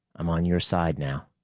i'm on your side now.